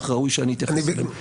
אך ראוי שאני אתייחס אליהן.